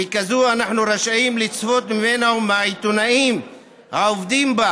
וככזאת אנחנו רשאים לצפות ממנה ומהעיתונאים העובדים בה